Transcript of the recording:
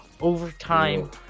Overtime